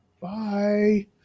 Bye